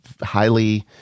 highly